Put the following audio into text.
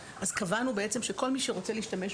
קבענו בעצם שכל מי שרוצה להשתמש במאגר,